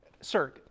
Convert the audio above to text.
Sir